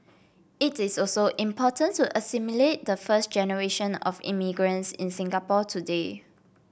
it is also important to assimilate the first generation of immigrants in Singapore today